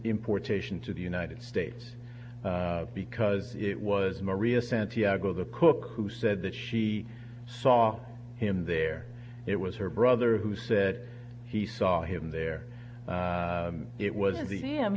importation to the united states because it was maria santiago the cook who said that she saw him there it was her brother who said he saw him there it wasn't